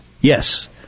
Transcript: Yes